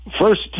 First